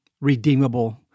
redeemable